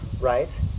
right